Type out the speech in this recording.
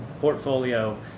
portfolio